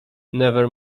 never